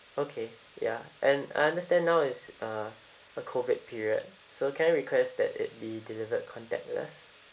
okay ya and I understand now is uh uh COVID period so can I request that it be delivered contactless